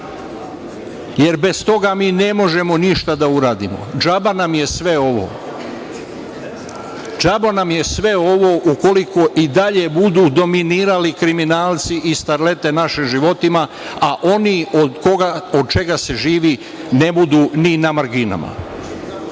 Jer, bez toga mi ne možemo ništa da uradimo. Džaba nam je sve ovo. Džaba nam je sve ovo ukoliko i dalje budu dominirali kriminalci i starlete našim životima a oni od čega se živi ne budu ni na marginama. Ja